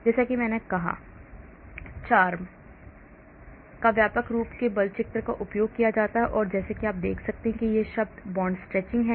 जैसा कि मैंने कहा कि CHARMM का व्यापक रूप से बल क्षेत्र का उपयोग किया जाता है और जैसा कि आप देख सकते हैं कि यह शब्द बांड स्ट्रेचिंग है